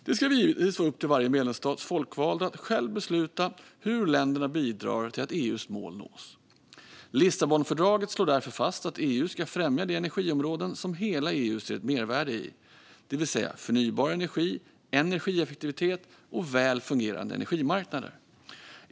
Det ska givetvis vara upp till varje medlemsstats folkvalda att själva besluta hur länderna bidrar till att EU:s mål nås. Lissabonfördraget slår därför fast att EU ska främja de energiområden som hela EU ser ett mervärde i, det vill säga förnybar energi, energieffektivitet och väl fungerande energimarknader.